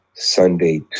Sunday